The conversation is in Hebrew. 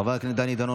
חבר הכנסת דני דנון,